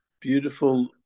beautiful